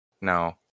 no